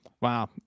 Wow